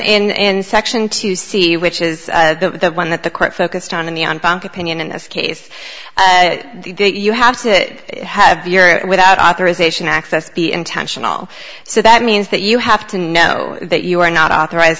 and section to see which is the one that the court focused on in the on bank opinion in this case you have to have your without authorization access be intentional so that means that you have to know that you are not authorized